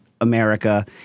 America